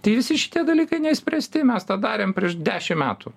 tai visi šitie dalykai neišspręsti mes tą darėm prieš dešim metų